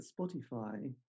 Spotify